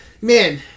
man